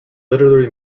literally